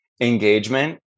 engagement